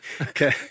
Okay